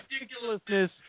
ridiculousness